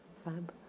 fab